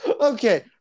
Okay